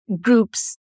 groups